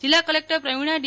જિલ્લા collector Pravina D